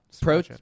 Pro